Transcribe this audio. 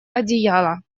одеяло